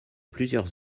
plusieurs